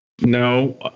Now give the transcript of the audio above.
No